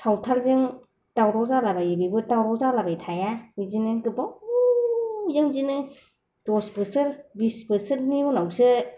सावथालजों दावराव जालाबायो बेबो दावराव जालाबाय थाया बिदिनो गोबावजों बिदिनो दस बोसोर बिस बोसोरनि उनावसो